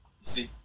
See